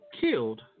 killed